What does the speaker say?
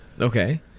okay